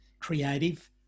creative